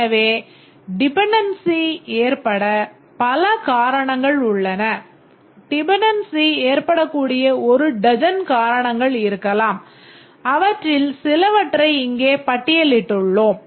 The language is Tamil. எனவே டிபெண்டென்சி ஏற்பட பல காரணங்கள் உள்ளன டிபெண்டென்சி ஏற்படக்கூடிய ஒரு டஜன் காரணங்கள் இருக்கலாம் அவற்றில் சிலவற்றை இங்கே பட்டியலிட்டுள்ளோம்